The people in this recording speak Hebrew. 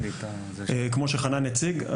כמו שחנן הציג,